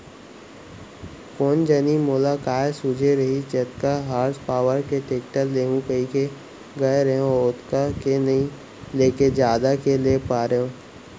कोन जनी मोला काय सूझे रहिस जतका हार्स पॉवर के टेक्टर लेहूँ कइके गए रहेंव ओतका के नइ लेके जादा के ले पारेंव